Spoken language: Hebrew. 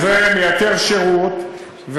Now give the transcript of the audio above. כי זה מייתר שירות,